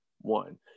one